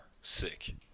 Sick